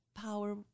power